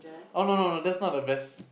oh no no no that's not the best